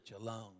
alone